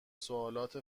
سوالات